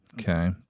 okay